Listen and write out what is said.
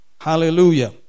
Hallelujah